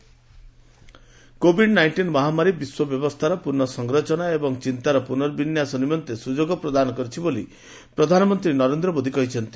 PM Raisina dialogue COVID nineteen ମହାମାରୀ ବିଶ୍ୱ ବ୍ୟବସ୍ଥାର ପୁନଃ ସଂରଚନା ଏବଂ ଚିନ୍ତାର ପୁନର୍ବିନ୍ୟାସ ନିମନ୍ତେ ସୁଯୋଗ ପ୍ରଦାନ କରିଛି ବୋଲି ପ୍ରଧାନମନ୍ତ୍ରୀ ନରେନ୍ଦ୍ର ମୋଦୀ କହିଛନ୍ତି